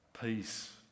peace